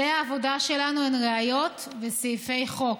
כלי העבודה שלנו הן ראיות וסעיפי חוק.